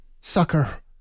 sucker